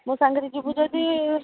ମୋ ସାଙ୍ଗରେ ଯିବୁ ଯଦି